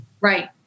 Right